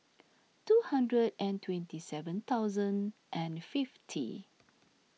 two hundred and twenty seven thousand and fifty